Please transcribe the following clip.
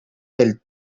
del